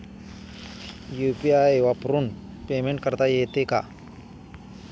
UPI वरून payment करता येते का?